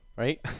right